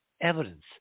evidence